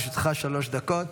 בבקשה, לרשותך שלוש דקות.